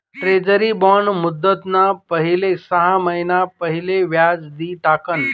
treasury bond मुदतना पहिले सहा महिना पहिले व्याज दि टाकण